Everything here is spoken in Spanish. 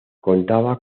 contaba